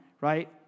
right